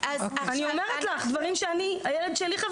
אני אומרת לך דברים שחוויתי עם הילד שלי.